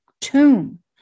tomb